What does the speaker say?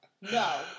No